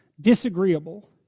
disagreeable